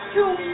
Two